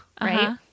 Right